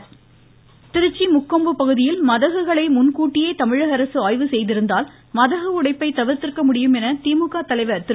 ஸ்டாலின் முக்கொம்பு திருச்சி முக்கொம்பு பகுதியில் மதகுகளை முன்கூட்டியே தமிழக அரசு ஆய்வு செய்திருந்தால் மதகு உடைப்பை தவிர்த்திருக்க முடியும் என்று திமுக தலைவர் திரு